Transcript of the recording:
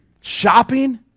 shopping